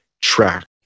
track